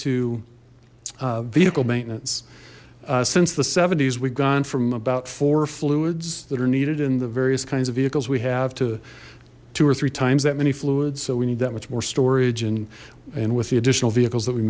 to vehicle maintenance since the s we've gone from about four fluids that are needed in the various kinds of vehicles we have to two or three times that many fluids so we need that much more storage and and with the additional vehicles that we